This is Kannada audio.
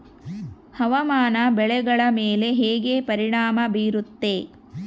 ಹವಾಮಾನ ಬೆಳೆಗಳ ಮೇಲೆ ಹೇಗೆ ಪರಿಣಾಮ ಬೇರುತ್ತೆ?